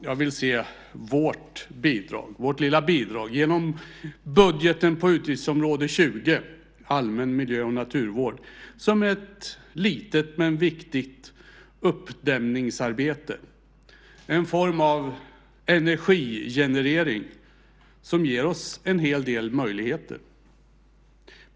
Jag vill se vårt bidrag genom budgeten på utgiftsområde 20 Allmän miljö och naturvård som ett litet men viktigt uppdämningsarbete, en form av energigenerering som ger oss en hel del möjligheter.